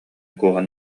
кууһан